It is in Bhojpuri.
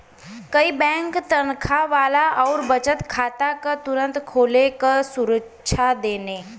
कई बैंक तनखा वाला आउर बचत खाता क तुरंत खोले क सुविधा देन